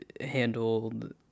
handled